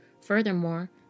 Furthermore